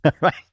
Right